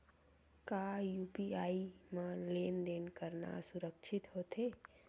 का यू.पी.आई म लेन देन करना सुरक्षित होथे?